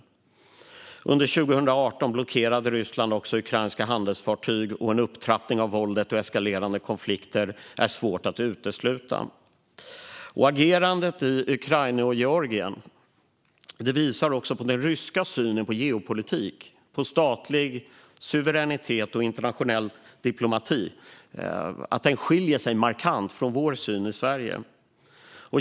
Under 2018 blockerade Ryssland också ukrainska handelsfartyg, och en upptrappning av våldet och eskalerande konflikter är svårt att utesluta. Agerandet i Ukraina och Georgien visar också att den ryska synen på geopolitik, statlig suveränitet och internationell diplomati skiljer sig markant från vår syn i Sverige.